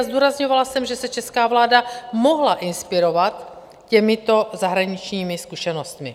Zdůrazňovala jsem, že se česká vláda mohla inspirovat těmito zahraničními zkušenostmi.